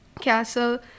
castle